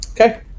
Okay